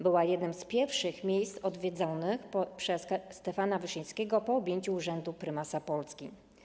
Była jednym z pierwszych miejsc odwiedzonych przez Stefana Wyszyńskiego po objęciu urzędu prymasa Polski.